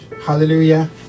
Hallelujah